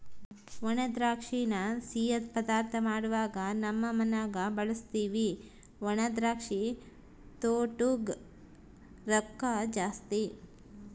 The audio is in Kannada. ಒಣದ್ರಾಕ್ಷಿನ ಸಿಯ್ಯುದ್ ಪದಾರ್ಥ ಮಾಡ್ವಾಗ ನಮ್ ಮನ್ಯಗ ಬಳುಸ್ತೀವಿ ಒಣದ್ರಾಕ್ಷಿ ತೊಟೂಗ್ ರೊಕ್ಕ ಜಾಸ್ತಿ